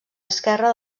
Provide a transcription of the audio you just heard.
esquerre